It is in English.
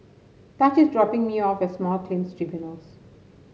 Taj is dropping me off at Small Claims Tribunals